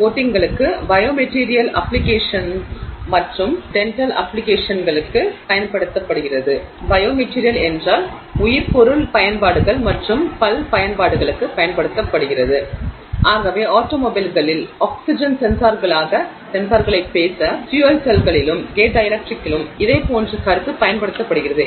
கோட்டிங்களுக்கு biomaterial applications மற்றும் dental அப்ப்ளிகேஷன்களுக்குப் பயன்படுத்தப்படுகிறது ஆகவே ஆட்டோமொபைல்களில் ஆக்ஸிஜன் சென்சார்களைப் பேச ஃபியூயல் செல்களிலும் கேட் டைஎலெக்ட்ரிக்கிலும் இதே போன்ற கருத்து பயன்படுத்தப்படுகிறது